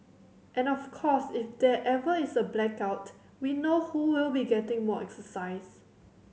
and of course if there ever is a blackout we know who will be getting more exercise